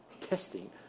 testing